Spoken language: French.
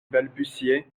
balbutiait